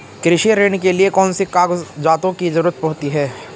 कृषि ऋण के लिऐ कौन से कागजातों की जरूरत होती है?